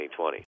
2020